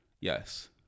Yes